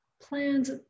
plans